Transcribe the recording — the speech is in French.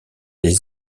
des